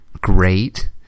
great